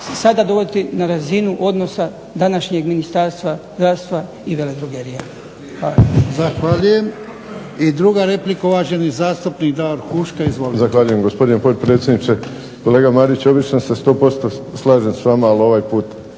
sada dovoditi na razinu odnosa današnjeg Ministarstva zdravstva i veledrogerija.